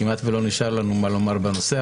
כמעט ולא נשאר לנו מה לומר בנושא,